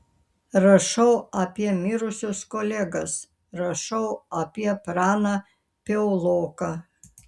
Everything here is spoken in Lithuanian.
rašau apie mirusius kolegas rašau apie praną piauloką